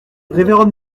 révérende